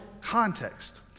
context